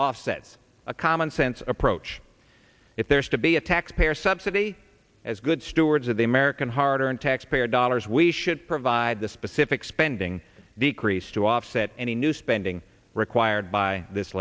offsets a commonsense approach if there is to be a taxpayer subsidy as good stewards of the american harder and taxpayer dollars we should provide the specific spending decrease to offset any new spending required by this